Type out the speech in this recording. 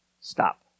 stop